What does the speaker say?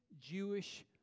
Jewish